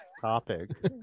topic